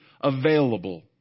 available